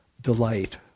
delight